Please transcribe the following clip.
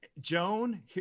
Joan